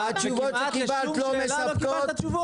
התשובות שקיבלת לא מספקות?